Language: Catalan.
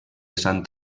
sant